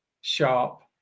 Sharp